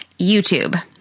YouTube